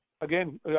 Again